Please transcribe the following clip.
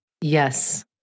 Yes